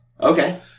Okay